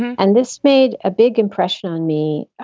and this made a big impression on me.